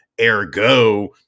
Ergo